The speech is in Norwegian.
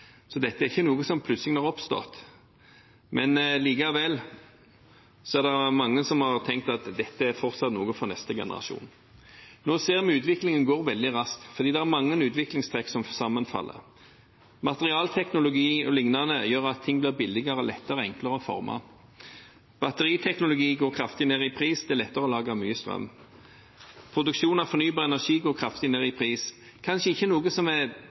Dette er ikke noe som plutselig har oppstått, men likevel er det mange som har tenkt at dette fortsatt er noe for neste generasjon. Nå ser vi at utviklingen går veldig raskt, fordi det er veldig mange utviklingstrekk som sammenfaller. Materialteknologi o.l. gjør at ting blir billigere, lettere og enklere å forme. Batteriteknologi går kraftig ned i pris – det er lettere å lage mye strøm. Produksjon av fornybar energi går kraftig ned i pris. Det er kanskje ikke revolusjonerende for Norge, som